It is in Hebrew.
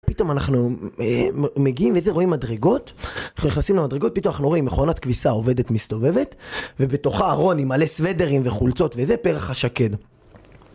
פתאום אנחנו מגיעים וזה, רואים מדרגות אנחנו נכנסים למדרגות, פתאום אנחנו רואים מכונת כביסה עובדת מסתובבת, ובתוכה ארון עם מלא סוודרים וחולצות וזה פרח השקד